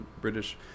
British